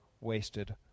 wasted